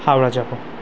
হাওড়া যাবো